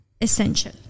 essential